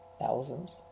thousands